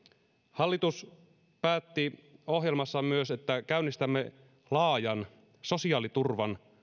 hallitus päätti ohjelmassaan myös että käynnistämme laajan sosiaaliturvan